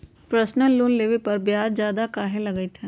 Personal loan लेबे पर ब्याज ज्यादा काहे लागईत है?